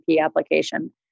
application